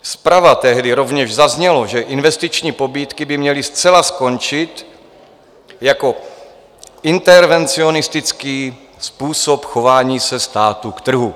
Zprava tehdy rovněž zaznělo, že investiční pobídky by měly zcela skončit jako intervencionistický způsob chování státu k trhu.